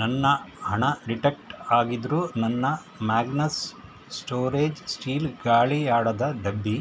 ನನ್ನ ಹಣ ಡಿಟಕ್ಟ್ ಆಗಿದ್ದರೂ ನನ್ನ ಮ್ಯಾಗ್ನಸ್ ಸ್ಟೋರೇಜ್ ಸ್ಟೀಲ್ ಗಾಳಿಯಾಡದ ಡಬ್ಬಿ